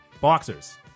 Boxers